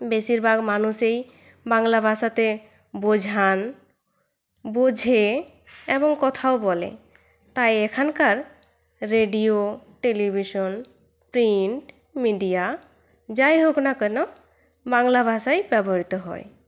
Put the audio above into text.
বেশিরভাগ মানুষেই বাংলা ভাষাতে বোঝান বুঝে এবং কথাও বলে তাই এখানকার রেডিও টেলিভিশন প্রিন্ট মিডিয়া যাই হোক না কেন বাংলা ভাষাই ব্যবহৃত হয়